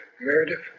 Meredith